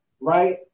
right